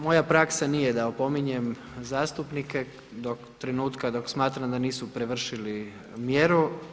Moja praksa nije da opominjem zastupnike do trenutka dok smatram da nisu prevršili mjeru.